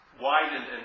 widened